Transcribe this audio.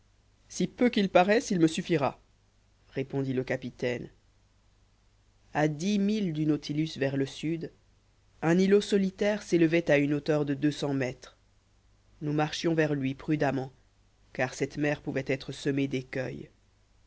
si peu qu'il paraisse il me suffira répondit le capitaine a dix milles du nautilus vers le sud un îlot solitaire s'élevait à une hauteur de deux cents mètres nous marchions vers lui prudemment car cette mer pouvait être semée